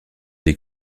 des